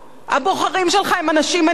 הבוחרים שלך הם אנשים עניים,